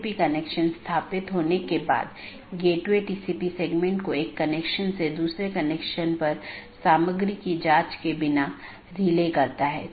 इसलिए आप देखते हैं कि एक BGP राउटर या सहकर्मी डिवाइस के साथ कनेक्शन होता है यह अधिसूचित किया जाता है और फिर कनेक्शन बंद कर दिया जाता है और अंत में सभी संसाधन छोड़ दिए जाते हैं